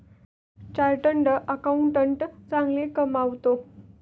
chartered accountant चांगले कमावतो